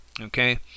Okay